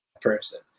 person